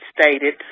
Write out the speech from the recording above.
stated